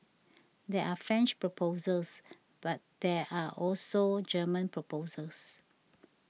there are French proposals but there are also German proposals